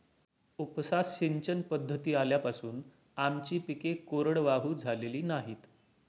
उपसा सिंचन पद्धती आल्यापासून आमची पिके कोरडवाहू झालेली नाहीत